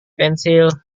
pensil